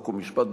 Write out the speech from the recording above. חוק ומשפט,